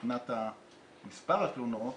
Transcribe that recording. מבחינת מספר התלונות,